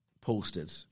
posted